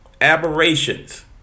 aberrations